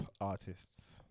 artists